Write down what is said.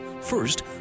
first